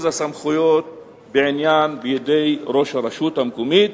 הסמכויות בעניין בידי ראש הרשות המקומית,